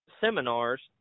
seminars